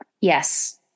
Yes